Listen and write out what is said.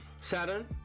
Saturn